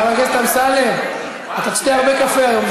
חבר הכנסת אמסלם, אתה תשתה הרבה קפה היום.